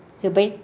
जोब्बाय